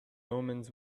omens